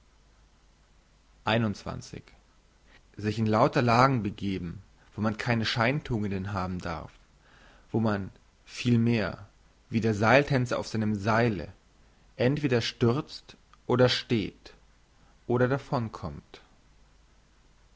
sich in lauter lagen begeben wo man keine scheintugenden haben darf wo man vielmehr wie der seiltänzer auf seinem seile entweder stürzt oder steht oder